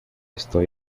estoy